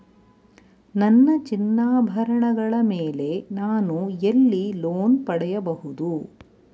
ನನ್ನ ಚಿನ್ನಾಭರಣಗಳ ಮೇಲೆ ನಾನು ಎಲ್ಲಿ ಲೋನ್ ಪಡೆಯಬಹುದು?